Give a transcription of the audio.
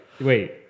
Wait